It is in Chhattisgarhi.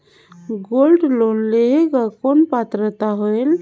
गोल्ड लोन लेहे के कौन पात्रता होएल?